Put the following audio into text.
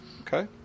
okay